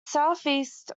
southeast